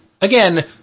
again